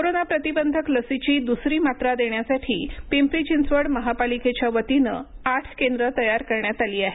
corona प्रतिबंधक लसीची दुसरी मात्रा देण्यासाठी पिंपरी चिंचवड महापालिकेच्या वतीनं आठ केंद्रं तयार करण्यात आली आहे